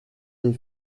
des